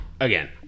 again